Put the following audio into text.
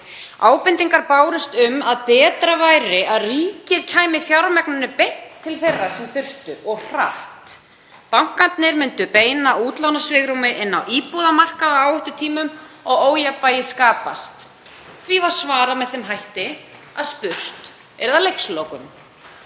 Ábendingar bárust um að betra væri að ríkið kæmi fjármagninu beint til þeirra sem þyrftu og hratt. Bankarnir myndu beina útlánasvigrúmi inn á íbúðamarkað á áhættutímum og ójafnvægi skapast. Því var svarað með þeim hætti að spurt yrði að leikslokum.